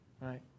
right